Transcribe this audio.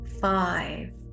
five